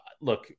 Look